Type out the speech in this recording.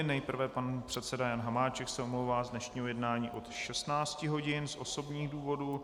Nejprve pan předseda Jan Hamáček se omlouvá z dnešního jednání od 16 hodin z osobních důvodů.